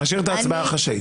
להשאיר את ההצבעה החשאית.